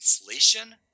inflation